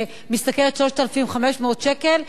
שמשתכרת 3,500 שקל,